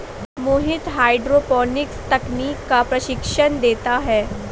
मोहित hydroponics तकनीक का प्रशिक्षण देता है